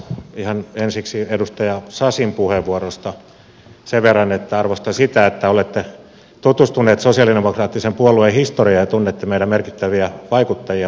ihan ensiksi edustaja sasin puheenvuorosta sen verran että arvostan sitä että olette tutustunut sosialidemokraattisen puolueen historiaan ja tunnette meidän merkittäviä vaikuttajiamme